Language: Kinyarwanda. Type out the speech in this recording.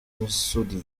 missouri